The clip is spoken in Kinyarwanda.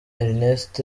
ernest